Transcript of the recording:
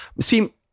see